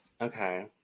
Okay